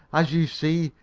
as you see,